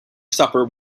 supper